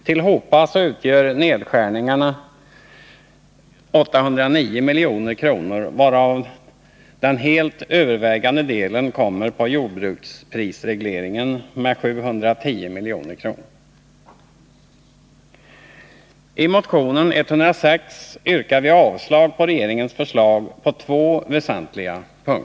Tillsammans utgör nedskärningarna 809 milj.kr., varav den helt övervägande delen, 710 milj.kr., gäller jordbruksprisregleringen. I motionen 106 yrkar vi avslag på regeringens förslag på två väsentliga punkter.